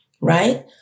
right